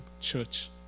church